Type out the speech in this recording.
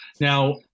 Now